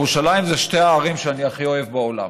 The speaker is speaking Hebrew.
ירושלים הן שתי הערים שאני הכי אוהב בעולם.